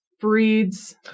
breeds